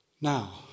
Now